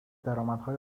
درآمدهای